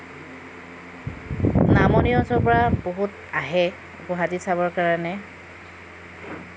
নামনি অঞ্চলৰ পৰা বহুত আহে গুৱাহাটী চাবৰ কাৰণে